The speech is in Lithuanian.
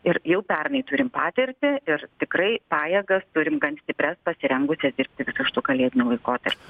ir jau pernai turim patirtį ir tikrai pajėgas turim gan stiprias pasirengusias dirbti visu šituo kalėdiniu laikotarpiu